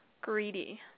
Greedy